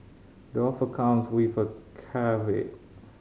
the offer comes with a caveat